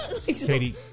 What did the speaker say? Katie